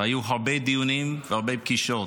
היו הרבה דיונים והרבה פגישות,